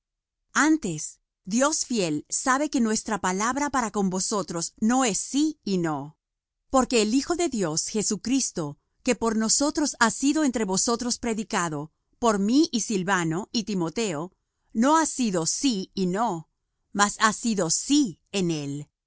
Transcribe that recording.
antes dios fiel sabe que nuestra palabra para con vosotros no es sí y no porque el hijo de dios jesucristo que por nosotros ha sido entre vosotros predicado por mí y silvano y timoteo no ha sido sí y no mas ha sido sí en él